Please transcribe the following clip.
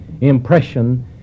impression